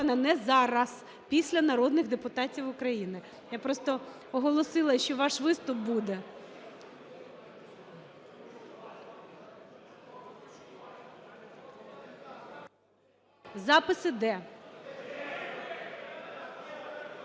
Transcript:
не зараз, після народних депутатів України. Я просто оголосила, що ваш виступ буде. (Шум у